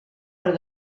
per